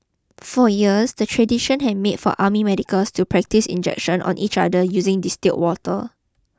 for years the tradition had been for army medics to practise injections on each other using distilled water